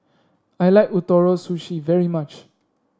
I like Ootoro Sushi very much